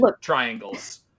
triangles